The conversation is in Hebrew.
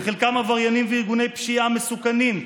בחלקם עבריינים וארגוני פשיעה מסוכנים.